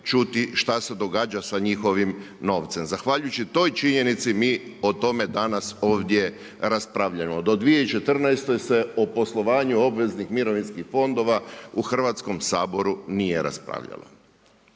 šta se događa sa njihovim novcem. Zahvaljujući toj činjenici mi o tome danas ovdje raspravljamo. Do 2014. se o poslovanju obveznih mirovinskih fondova u Hrvatskom saboru nije raspravljalo.